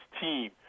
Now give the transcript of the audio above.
team